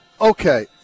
Okay